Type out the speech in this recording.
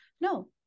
No